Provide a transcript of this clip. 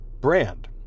brand